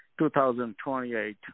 2028